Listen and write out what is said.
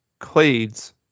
Clades